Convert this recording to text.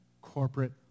corporate